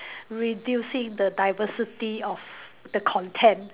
reducing the diversity of the content